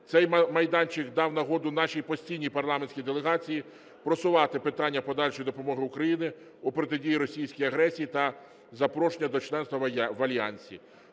Цей майданчик дав нагоду нашій постійній парламентській делегації просувати питання подальшої допомоги Україні у протидії російській агресії та запрошення до членства в Альянсі.